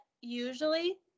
usually